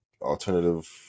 alternative